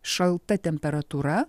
šalta temperatūra